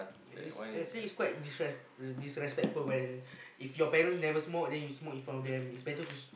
it's I feel it's disres~ disrespectful when if your parents never smoke then you smoke in front of them it's better to